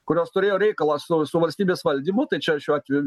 kurios turėjo reikalą su su valstybės valdymu tai čia šiuo atveju